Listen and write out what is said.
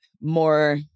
more